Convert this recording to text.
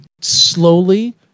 slowly